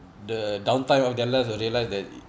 the downtime of their life will realise that